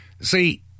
See